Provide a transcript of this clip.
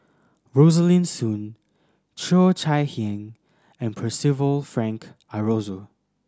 Rosaline Soon Cheo Chai Hiang and Percival Frank Aroozoo